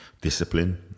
discipline